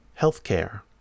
Healthcare